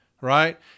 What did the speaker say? right